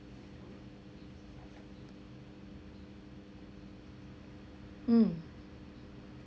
mm